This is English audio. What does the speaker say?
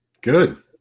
good